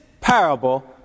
parable